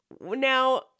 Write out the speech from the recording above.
Now